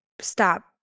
Stop